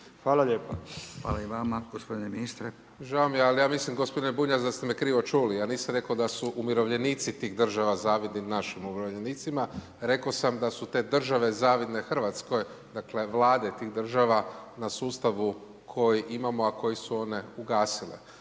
G. ministre. **Pavić, Marko (HDZ)** Žao mi je ali, ja mislim g. Bunjac da ste me krivo čuli, ja nisam rekao da su umirovljenici tih država zavidni našim umirovljenicima, rekao sam da su te države zavidne Hrvatskoj, dakle, vlade tih država na sustavu kojih imamo a koje su one ugasile.